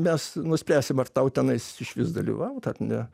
mes nuspręsim ar tau tenais išvis dalyvaut ar ne